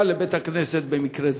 לסייע לבית-כנסת במקרה זה?